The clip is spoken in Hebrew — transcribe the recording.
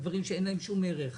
על דברים שאין להם שום ערך.